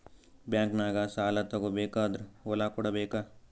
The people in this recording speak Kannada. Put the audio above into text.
ಬ್ಯಾಂಕ್ನಾಗ ಸಾಲ ತಗೋ ಬೇಕಾದ್ರ್ ಹೊಲ ಕೊಡಬೇಕಾ?